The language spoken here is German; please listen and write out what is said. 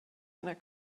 einer